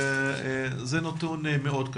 זה נתון קשה מאוד.